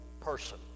person